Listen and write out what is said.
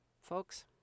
folks